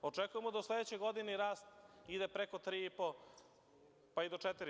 Očekujemo da od sledeće godine rast ide preko 3%, pa i do 4%